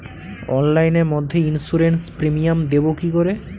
অনলাইনে মধ্যে insurance premium দেবো কি করে?